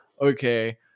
okay